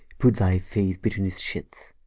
put thy face betweene his sheets,